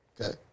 Okay